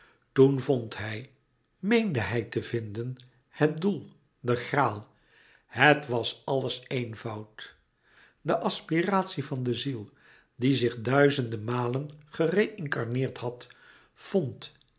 toen vond hij meende hij te vinden het doel de graal het was alles eenvoud de aspiratie van de ziel die zich duizende malen gereïncarneerd had vond